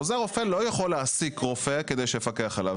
עוזר רופא לא יכול להעסיק רופא כדי שיפקח עליו.